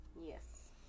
yes